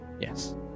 yes